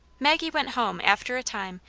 maggie went home, after a time,